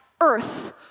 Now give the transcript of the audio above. earth